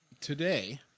today